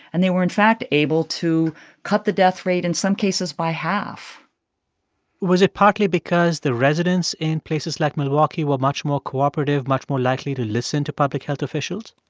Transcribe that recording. and they were in fact able to cut the death rate in some cases by half was it partly because the residents in places like milwaukee were much more cooperative, much more likely to listen to public health officials?